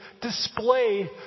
display